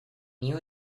new